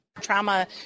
Trauma